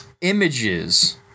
images –